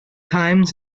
times